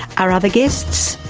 our other guests,